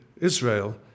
Israel